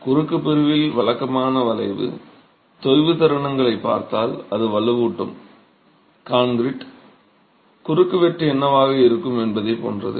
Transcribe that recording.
குறுக்கு பிரிவில் வழக்கமான வளைவு தொய்வு தருணங்களைப் பார்த்தால் அது வலுவூட்டும் கான்கிரீட் குறுக்குவெட்டு என்னவாக இருக்கும் என்பதைப் போன்றது